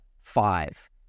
five